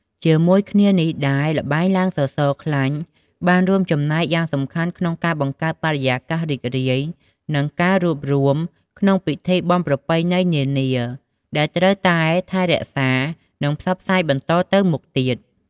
ជាមួយគ្នានេះដែរល្បែងឡើងសសរខ្លាញ់បានរួមចំណែកយ៉ាងសំខាន់ក្នុងការបង្កើតបរិយាកាសរីករាយ និងការរួបរួមក្នុងពិធីបុណ្យប្រពៃណីនានា ដែលត្រូវតែថែរក្សា និងផ្សព្វផ្សាយបន្តទៅមុខទៀត។